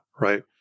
right